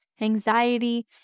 anxiety